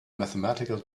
mathematical